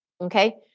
Okay